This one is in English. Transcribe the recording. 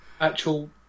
actual